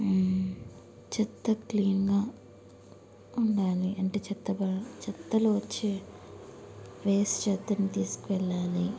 చెత్త క్లీన్గా ఉండాలి అంటే చెత్త చెత్తలో వచ్చే వేస్ట్ చెత్తని తీసుకువెళ్ళాలి